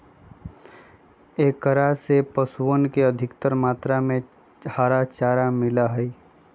एकरा से पशुअन के अधिकतर मात्रा में हरा चारा मिला हई